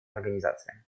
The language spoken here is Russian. организация